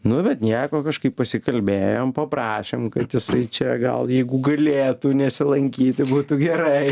nu bet nieko kažkaip pasikalbėjom paprašėm kad jisai čia gal jeigu galėtų nesilankyti būtų gerai